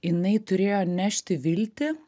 jinai turėjo nešti viltį